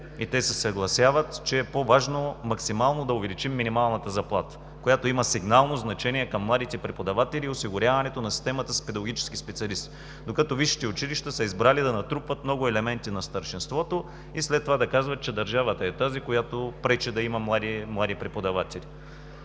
и те се съгласяват, че е по-важно максимално да увеличим минималната заплата, която има сигнално значение към младите преподаватели и осигуряването на системата с педагогически специалисти, докато висшите училища са избрали да натрупват много елементи на старшинството и след това да казват, че държавата е тази, която пречи да има млади преподаватели.